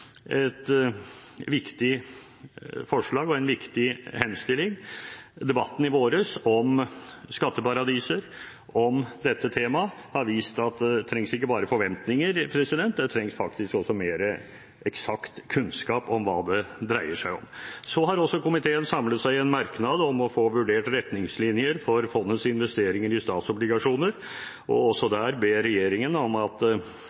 et viktig forslag og en viktig henstilling. Debatten i vår om skatteparadiser om dette temaet har vist at det trengs ikke bare forventninger, det trengs faktisk også mer eksakt kunnskap om hva det dreier seg om. Så har også komiteen samlet seg i en merknad om å få vurdert retningslinjer for fondets investeringer i statsobligasjoner, og ber regjeringen om